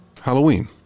Halloween